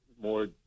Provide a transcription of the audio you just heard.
more